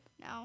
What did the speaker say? No